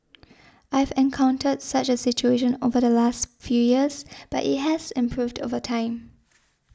I've encountered such a situation over the last few years but it has improved over time